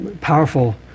powerful